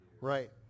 Right